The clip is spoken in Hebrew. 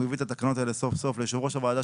הוא הביא את התקנות האלה סוף סוף ליושב ראש הוועדה,